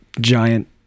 giant